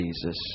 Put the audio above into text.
Jesus